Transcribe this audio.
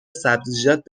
سبزیجات